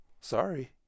sorry